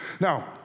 Now